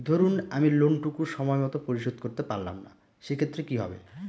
ধরুন আমি লোন টুকু সময় মত পরিশোধ করতে পারলাম না সেক্ষেত্রে কি হবে?